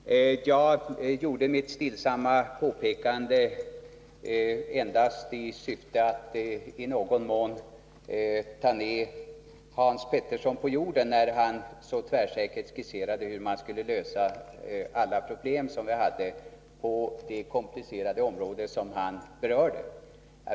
Herr talman! Jag gjorde mitt stillsamma påpekande endast i syfte att i någon mån ta ner Hans Petersson på jorden, när han så tvärsäkert skisserade hur man skulle lösa alla problem på det komplicerade område som han berörde.